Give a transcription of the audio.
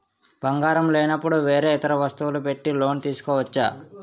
బంగారం లేనపుడు వేరే ఇతర వస్తువులు పెట్టి లోన్ తీసుకోవచ్చా?